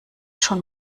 schon